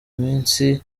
minsi